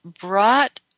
brought